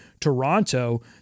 Toronto